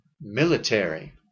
military